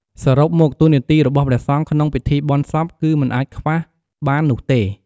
សរុបមក តួនាទីរបស់ព្រះសង្ឃក្នុងពិធីបុណ្យសពគឺមិនអាចខ្វះបាននោះទេ។